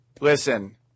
listen